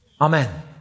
Amen